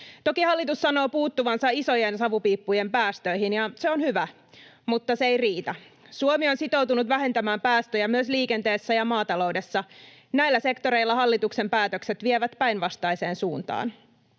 Toki hallitus sanoo puuttuvansa isojen savupiippujen päästöihin, ja se on hyvä, mutta se ei riitä. Suomi on sitoutunut vähentämään päästöjä myös liikenteessä ja maataloudessa. Näillä sektoreilla hallituksen päätökset vievät päinvastaiseen suuntaan.